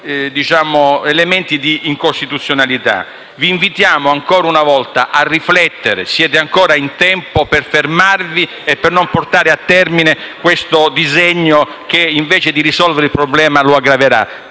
elementi di incostituzionalità. Vi invitiamo ancora una volta a riflettere. Siete ancora in tempo per fermarvi e per non portare a termine questo disegno che, invece di risolvere il problema, lo aggraverà.